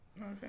Okay